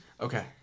Okay